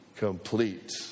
Complete